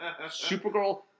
Supergirl